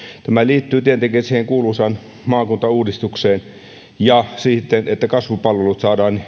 tämä liittyy tietenkin siihen kuuluisaan maakuntauudistukseen ja siihen että kasvupalvelut